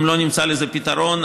אם לא נמצא לזה פתרון,